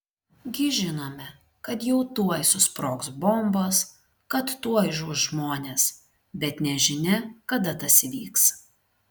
gi žinome kad jau tuoj susprogs bombos kad tuoj žus žmonės bet nežinia kada tas įvyks